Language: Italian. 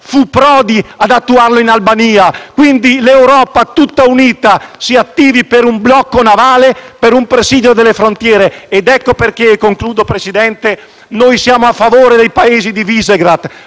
fu Prodi ad attuarlo in Albania. L'Europa tutta unita, quindi, si attivi per un blocco navale, per un presidio delle frontiere. Ecco perché - concludo, Presidente - noi siamo a favore dei Paesi del